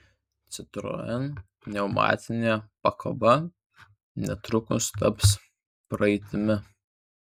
citroen pneumatinė pakaba netrukus taps praeitimi